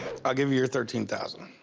i'll give you your thirteen thousand